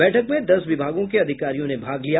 बैठक में दस विभागों के अधिकारियों ने भाग लिया